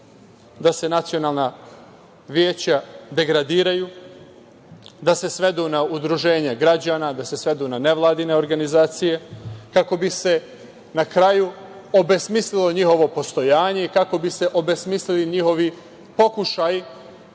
da se nacionalna veća degradiraju, da se svedu na udruženja građana, da se svedu na nevladine organizacije, kako bi se na kraju obesmislilo njihovo postojanje i kako bi se obesmislili njihovi pokušaji